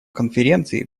конференции